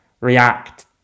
react